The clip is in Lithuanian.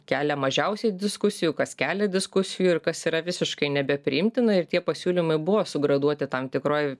kelia mažiausiai diskusijų kas kelia diskusijų ir kas yra visiškai nebepriimtina ir tie pasiūlymai buvo sugraduoti tam tikroj